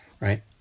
right